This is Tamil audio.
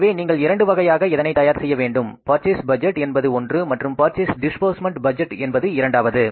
எனவே நீங்கள் இரண்டு வகையாக இதனை தயார் செய்ய வேண்டும் பர்சேஸ் பட்ஜெட் என்பது ஒன்று மற்றும் பர்சேஸ் டிஸ்பர்ஸ்மென்ட் பட்ஜெட் என்பது இரண்டாவது